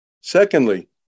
Secondly